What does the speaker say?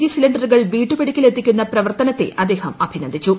G സിലിണ്ടറുകൾ വീട്ടുപടിക്കൽ എത്തിക്കുന്ന പ്രവർത്തനത്തെ അദ്ദേഹം അഭിനന്ദിച്ചു